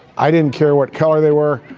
i didn't care what color they were.